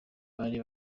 bari